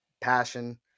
passion